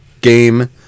game